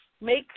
make